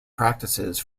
practices